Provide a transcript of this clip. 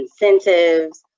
incentives